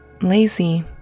lazy